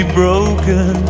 broken